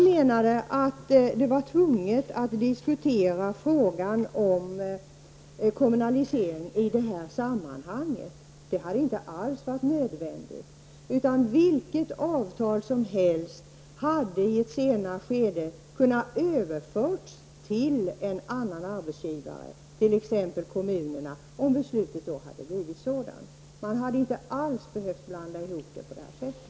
Sture Thun menade att frågan om kommunalisering skulle diskuteras i detta sammanhang, men det hade inte alls varit nödvändigt. Vilket avtal som helst hade i ett senare skede kunnat överföras till en annan arbetsgivare, t.ex. kommunerna, om beslutet hade blivit sådant. Det hade inte alls varit nödvändigt att blanda ihop det på detta sätt.